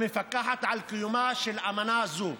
המפקחת על קיומה של אמנה זו,